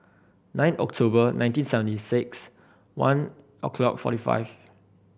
nine October nineteen seventy six one o'clock forty five